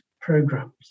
programs